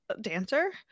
dancer